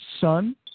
son